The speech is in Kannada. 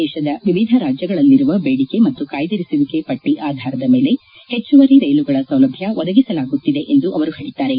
ದೇಶದ ವಿವಿಧ ರಾಜ್ಯಗಳಲ್ಲಿರುವ ಬೇದಿಕೆ ಮತ್ತು ಕಾಯ್ಗಿರಿಸುವಿಕೆ ಪಟ್ಟಿ ಆಧಾರದ ಮೇಲೆ ಹೆಚ್ಚುವರಿ ರೈಲುಗಳ ಸೌಲಭ್ಯ ಒದಗಿಸಲಾಗುತ್ತಿದೆ ಎಂದು ಅವರು ಹೇಳಿದ್ದಾರೆ